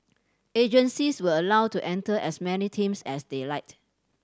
agencies were allow to enter as many teams as they liked